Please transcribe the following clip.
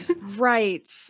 Right